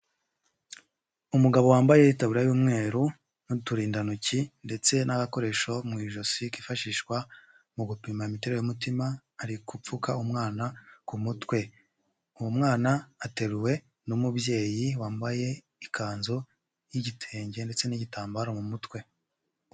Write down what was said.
Umugabo wambaye itaburiya y'umweru n'uturindantoki, ndetse n'agakoresho mu ijosi kifashishwa mu gupima imitere y'umutima, ari gupfuka umwana ku mutwe, uwo mwana ateruwe n'umubyeyi wambaye ikanzu y'igitenge, ndetse n'igitambaro mu mutwe.